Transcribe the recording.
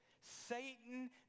Satan